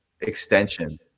extension